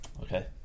Okay